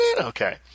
Okay